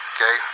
Okay